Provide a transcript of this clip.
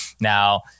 Now